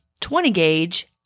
20-gauge